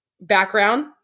background